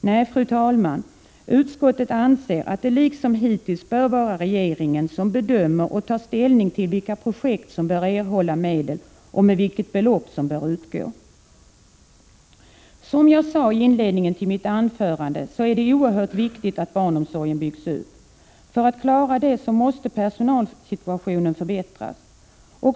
Nej, fru talman, utskottsmajoriteten anser att det liksom hittills bör vara regeringen som tar ställning till vilka projekt som bör erhålla medel och vilket belopp som skall utgå. Som jag sade i inledningen till mitt anförande är det oerhört viktigt att barnomsorgen byggs ut. För att vi skall klara detta måste personalsituationen förbättras.